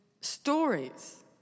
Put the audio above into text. stories